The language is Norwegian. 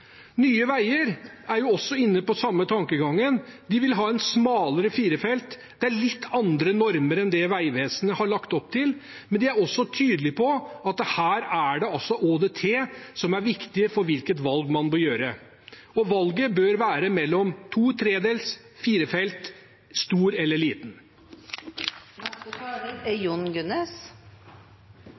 Nye Veier er inne på den samme tankegangen. De vil ha en smalere firefeltsvei. Det er litt andre normer enn det Vegvesenet har lagt opp til. Men de er også tydelige på at her er det ÅDT som er viktig for hvilket valg man bør ta, og valget bør være mellom to-/trefeltsvei og firefeltsvei, stor eller liten. Jeg vil også takke representanten Arne Nævra for en god interpellasjon. Det er